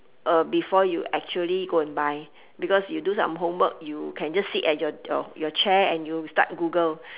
uh before you actually go and buy because you do some homework you can just sit at your your your chair and you start google